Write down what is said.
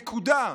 נקודה.